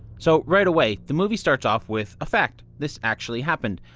so right away, the movie starts off with a fact this actually happened.